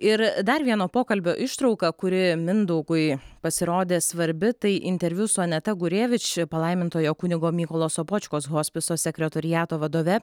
ir dar vieno pokalbio ištrauką kuri mindaugui pasirodė svarbi tai interviu su aneta gurevič palaimintojo kunigo mykolo sopočkos hospiso sekretoriato vadove